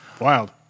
Wild